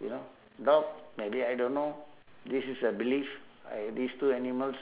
you know dog maybe I don't know this is a belief I have these two animals